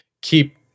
keep